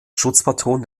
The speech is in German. schutzpatron